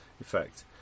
effect